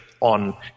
on